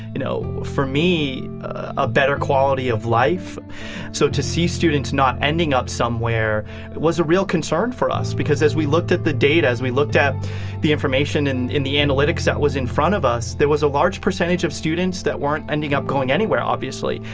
you know, for me, a better quality of life so to see students not ending up somewhere was a real concern for us because as we looked at the data, as we looked at the information and the analytics that was in front of us, there was a large percentage of students that weren't ending up going anywhere, obviously.